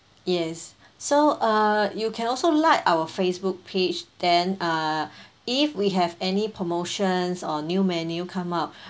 yes so uh you can also like our Facebook page then uh if we have any promotions or new menu come up